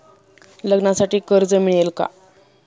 लग्नासाठी कर्ज मिळेल का?